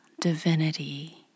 divinity